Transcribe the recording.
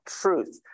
truth